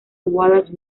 wallace